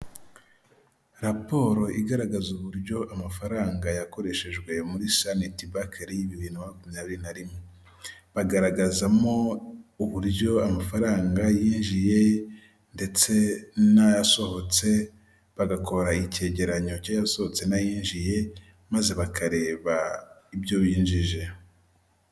Raporo igaragaza uburyo amafaranga yakoreshejwe muri saneti bakeri 2021 . Bagaragazamo uburyo amafaranga yinjiye ndetse n'ayasohotse bagakora icyegeranyo cy'ayasohotse n'ayinjiye, maze bakareba ibyo binjije.